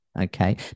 Okay